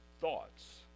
thoughts